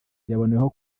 yaboneyeho